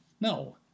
No